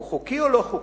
הוא חוקי או לא חוקי?